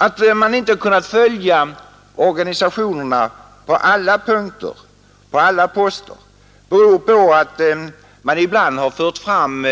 Att man inte kunnat följa organisationernas rekommendationer till alla delar beror på att det ibland förts fram